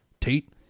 Tate